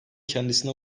kendisine